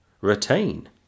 retain